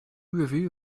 review